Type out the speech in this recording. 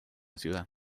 ciudad